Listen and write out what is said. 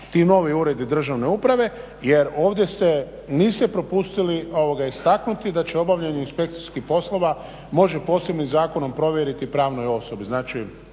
ti novi uredi državne uprave jer ovdje niste propustili istaknuti da će obavljanje inspekcijskih poslova, može posebnih zakonom povjeriti pravnoj osobi,